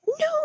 No